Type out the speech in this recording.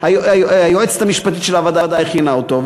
היועצת המשפטית של הוועדה הכינה אותו,